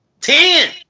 Ten